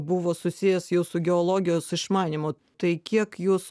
buvo susijęs jau su geologijos išmanymu tai kiek jūs